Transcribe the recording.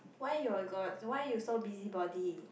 why you got why you so busybody